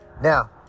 Now